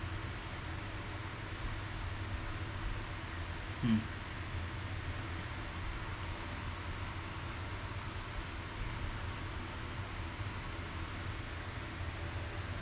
mm